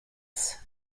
ist